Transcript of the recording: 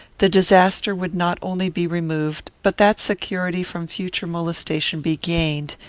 the disaster would not only be removed, but that security from future molestation be gained,